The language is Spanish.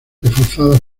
reforzadas